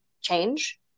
change